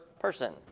person